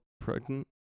Pregnant